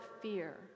fear